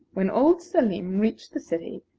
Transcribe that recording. when old salim reached the city,